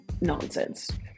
nonsense